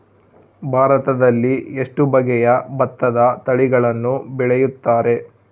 ಭಾರತದಲ್ಲಿ ಎಷ್ಟು ಬಗೆಯ ಭತ್ತದ ತಳಿಗಳನ್ನು ಬೆಳೆಯುತ್ತಾರೆ?